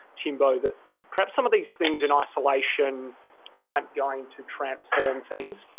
timbo, that perhaps, some of these things in isolation aren't going to transform things. but